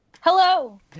Hello